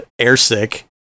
airsick